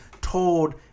told